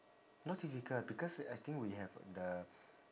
not difficult because I think we have the